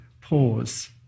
pause